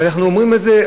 ואנחנו אומרים את זה,